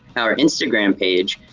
our instagram page,